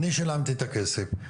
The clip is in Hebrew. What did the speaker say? אני שילמתי את הכסף.